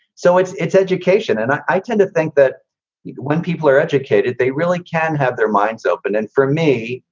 so it's it's education. and i tend to think that when people are educated, they really can have their minds open. and for me,